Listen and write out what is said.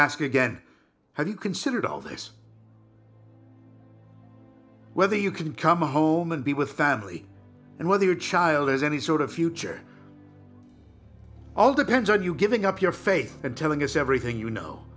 ask again have you considered all this whether you can come home and be with family and whether your child has any sort of future all depends on you giving up your faith and telling us everything you know